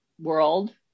world